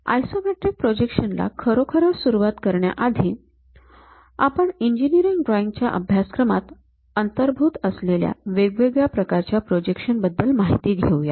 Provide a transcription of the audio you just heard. isometric projections ला खरोखरच सुरुवात करण्याआधी आपण इंजिनीरिंग ड्रॉईंग च्या अभ्यासक्रमात अंतर्भूत असलेल्या वेगवेगळ्या प्रोजेक्शस बद्दल माहिती घेऊ या